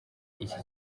iki